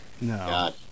No